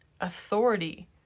authority